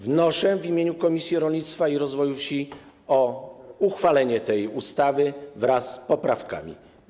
Wnoszę w imieniu Komisji Rolnictwa i Rozwoju Wsi o uchwalenie tej ustawy wraz z poprawkami.